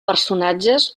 personatges